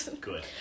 Good